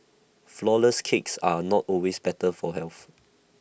Flourless Cakes are not always better for health